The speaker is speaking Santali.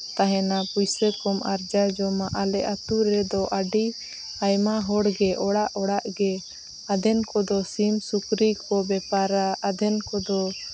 ᱛᱟᱦᱮᱱᱟ ᱯᱩᱭᱥᱟᱹ ᱠᱚᱢ ᱟᱨᱡᱟᱣ ᱡᱚᱝᱟ ᱟᱞᱮ ᱟᱛᱳ ᱨᱮᱫᱚ ᱟᱹᱰᱤ ᱟᱭᱢᱟ ᱦᱚᱲ ᱜᱮ ᱚᱲᱟᱜᱼᱚᱲᱟᱜ ᱜᱮ ᱟᱫᱷᱮᱱ ᱠᱚᱫᱚ ᱥᱤᱢ ᱥᱩᱠᱨᱤ ᱠᱚ ᱵᱮᱯᱟᱨᱟ ᱟᱫᱷᱮᱱ ᱠᱚᱫᱚ